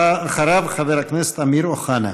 אחריו, חבר הכנסת אמיר אוחנה.